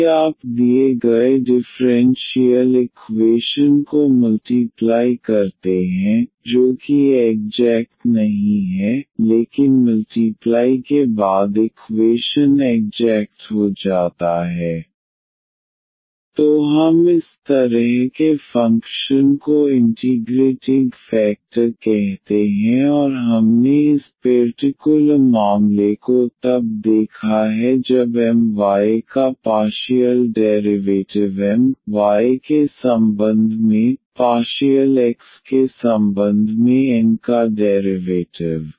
यदि आप दिए गए डिफरेंशियल इक्वेशन को मल्टीप्लाई करते हैं जो कि एग्जेक्ट नहीं है लेकिन मल्टीप्लाई के बाद इक्वेशन एग्जेक्ट हो जाता है तो हम इस तरह के फंक्शन को इंटीग्रेटिंग फैक्टर कहते हैं और हमने इस पेर्टिकुलर मामले को तब देखा है जब M y का पार्शियल डेरिवेटिव M y के संबंध में पार्शियल x के संबंध में N का डेरिवेटिव